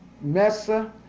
Mesa